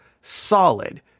solid